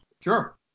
Sure